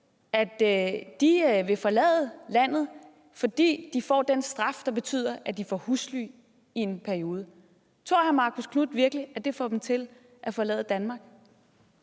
at de vil forlade landet, fordi de får en straf, der betyder, at de får husly i en periode? Tror hr. Marcus Knuth virkelig, at det får dem til at forlade Danmark?